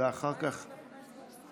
בקריאה שנייה.